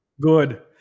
good